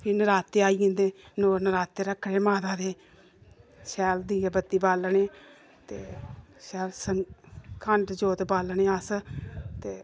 फिर नराते आई जंदे नौ नराते रखने माता दे शैल दीया बत्ती बालने ते शैल अखंड जोत बालने अस ते